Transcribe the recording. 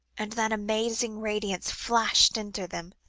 and that amazing radiance flashed into them,